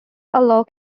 allow